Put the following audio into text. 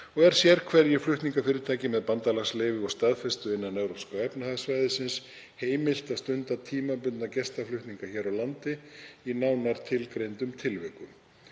og er sérhverju flutningafyrirtæki með bandalagsleyfi og staðfestu innan Evrópska efnahagssvæðisins heimilt að stunda tímabundna gestaflutninga hér á landi í nánar tilgreindum tilvikum.